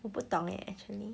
我不懂 leh actually